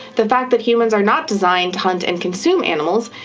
the fact that humans are not designed to hunt and consume animals,